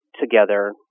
together